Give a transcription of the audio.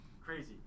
crazy